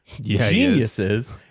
geniuses